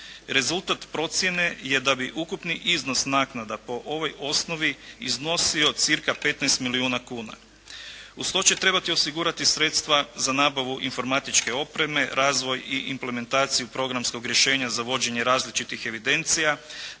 Rezultat procjene je da bi ukupni iznos naknada po ovoj osnovi iznosio cirka 15 milijuna kuna. Uz to će trebati osigurati sredstva za nabavu informatičke opreme, razvoj i implementaciju programskog rješenja za vođenje različitih evidencija,